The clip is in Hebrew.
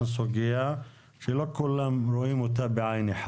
סוגיה שלא כולם רואים אותה עין בעין,